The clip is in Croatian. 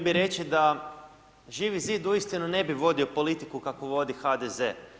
Htio bi reći da Živi Zid uistinu ne bi vodio politiku kakvu vodi HDZ.